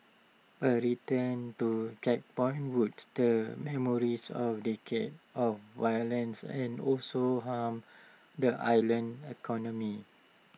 A return to checkpoints would stir memories of decades of violence and also harm the island's economy